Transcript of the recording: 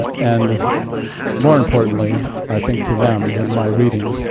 and more importantly, i think to them than my reading,